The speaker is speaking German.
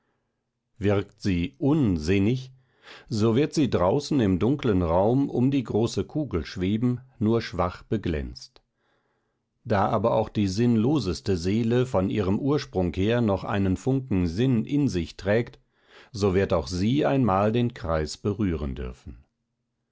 wirkt sie un sinnig so wird sie draußen im dunklen raum um die große kugel schweben nur schwach beglänzt da aber auch die sinn loseste seele von ihrem ursprung her noch einen funken sinn in sich trägt so wird auch sie einmal den kreis berühren dürfen